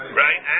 right